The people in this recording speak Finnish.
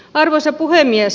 arvoisa puhemies